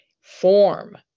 form